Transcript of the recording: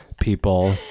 people